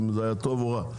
אם זה היה טוב או רע.